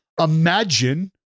Imagine